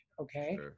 Okay